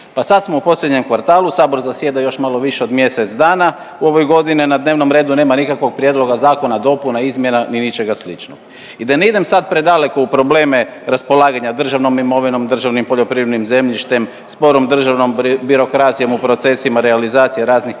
Pa sad smo u posljednjem kvartalu. Sabor zasjeda još malo više od mjesec dana u ovoj godini. Na dnevnom redu nema nikakvog prijedloga zakona, dopuna, izmjena ni ničega sličnog. I da ne idem sad predaleko u probleme raspolaganja državnom imovinom, državnim poljoprivrednim zemljištem, sporom državnom birokracijom u procesima realizacije raznih projekata